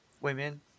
women